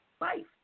life